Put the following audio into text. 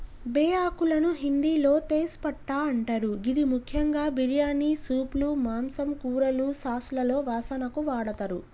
బేఆకులను హిందిలో తేజ్ పట్టా అంటరు గిది ముఖ్యంగా బిర్యానీ, సూప్లు, మాంసం, కూరలు, సాస్లలో వాసనకు వాడతరు